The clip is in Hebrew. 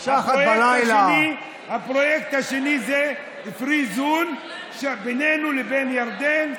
השעה 01:00. הפרויקט השני זה Free Zone בינינו לבין ירדן,